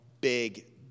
big